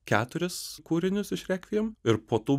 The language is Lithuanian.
keturis kūrinius iš rekviem ir po tų